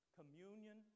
communion